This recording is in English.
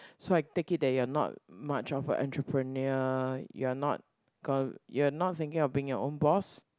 so I take it that you're not much of a entrepreneur you're not cal~ you're not thinking of being your own boss